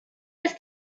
ist